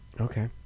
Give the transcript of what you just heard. Okay